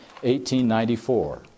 1894